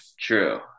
true